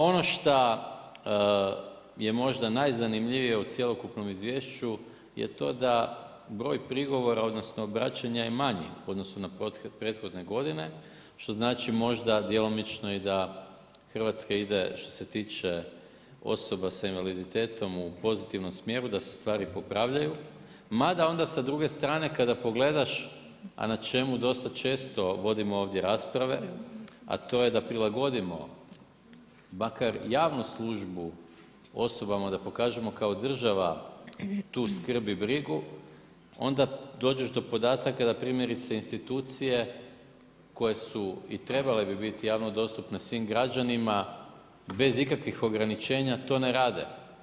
Ono šta je možda najzanimljivije u cjelokupnom izvješću, je to da broj prigovara, odnosno obraćanja je manje, u odnosu na prethodne godine, što znači djelomično i da Hrvatska ide što se tiče osoba s invaliditetom u pozitivnom smjeru, da se stvari popravljaju, mada onda s druge stvari kada pogledaš, a na čemu dosta često vodimo ovdje rasprave, a to je da prilagodimo makar javnu službu osobama da pokažemo kao država tu skrb i brigu, onda dođeš do podataka, da primjerice institucije koje su i trebale bi biti javno dostupne svim građanima, bez ikakvih ograničenja to ne rade.